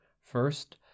First